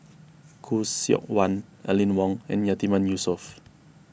Khoo Seok Wan Aline Wong and Yatiman Yusof